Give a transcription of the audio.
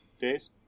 days